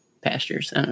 pastures